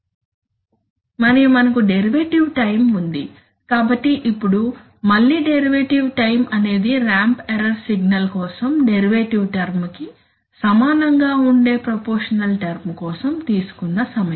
మరియు మనకు derivative time ఉంది కాబట్టి ఇప్పుడు మళ్ళీ డెరివేటివ్ టైం అనేది ర్యాంప్ ఎర్రర్ సిగ్నల్ కోసం డెరివేటివ్ టర్మ్ కి సమానంగా ఉండే ప్రపోర్షషనల్ టర్మ్ కోసం తీసుకున్న సమయం